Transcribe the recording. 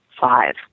five